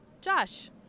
Josh